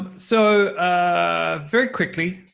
so very quickly,